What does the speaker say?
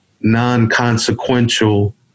non-consequential